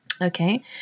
Okay